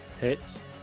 Hits